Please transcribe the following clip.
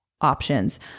options